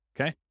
okay